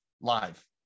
live